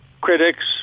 critics